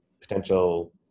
potential